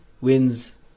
wins